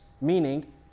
meaning